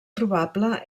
probable